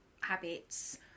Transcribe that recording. habits